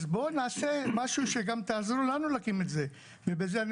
אז בוא נעשה משהו שגם תעזרו לנו להקים את זה ובזה אני